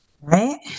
Right